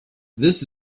this